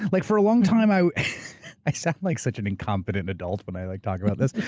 like for a long time. i i sound like such an incompetent adult when i like talk about this.